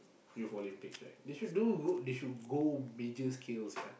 if Olympics right they should do go they should go middle skills yea